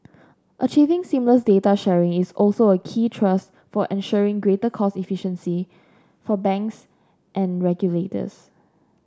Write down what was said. achieving seamless data sharing is also a key thrust for ensuring greater cost efficiency for banks and regulators